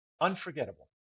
unforgettable